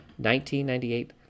1998